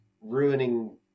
ruining